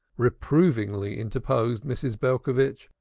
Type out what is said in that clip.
reprovingly interposed mrs. belcovitch,